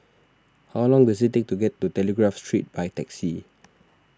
how long does it take to get to Telegraph Street by taxi